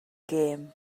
gem